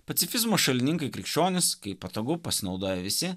pacifizmo šalininkai krikščionys kai patogu pasinaudoja visi